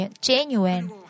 genuine